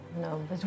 No